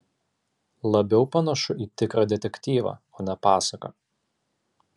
labiau panašu į tikrą detektyvą o ne pasaką